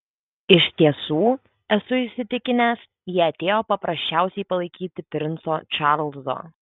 iš tiesų esu įsitikinęs ji atėjo paprasčiausiai palaikyti princo čarlzo